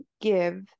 give